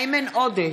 איימן עודה,